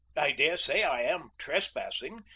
i daresay i am trespassing,